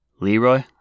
Leroy